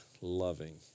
loving